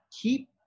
keep